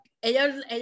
ellos